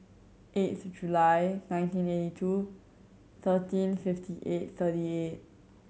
eighth July nineteen eighty two thirteen fifty eight thirty eight